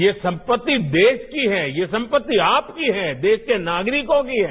ये संपत्ति देश की है ये संपत्ति आपकी है देश को नागरिकों की है